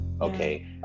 Okay